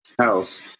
house